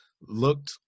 Looked